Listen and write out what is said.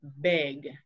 big